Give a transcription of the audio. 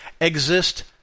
exist